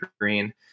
Green